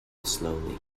slowly